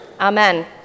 Amen